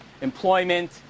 employment